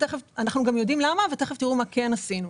אנחנו גם יודעים למה ותכף תראו מה כן עשינו.